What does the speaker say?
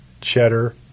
cheddar